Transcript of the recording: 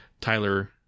Tyler